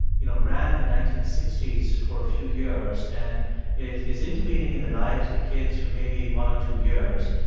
you know, ran in the nineteen sixty s for a few years and is is intervening in the lives of kids for maybe one or two years.